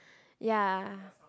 ya